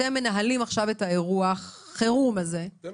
אתם מנהלים עכשיו את אירוע החירום הזה --- אתם